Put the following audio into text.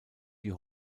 die